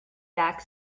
back